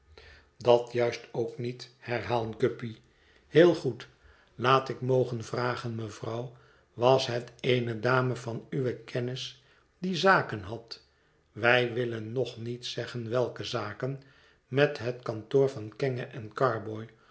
dat juist ook niet i herhaalt guppy heel goed laat ik mogen vragen mevrouw was het eene dame van uwe kennis die zaken had wij willen nog niet zeggen welke zaken met het kantoor van kenge en carboy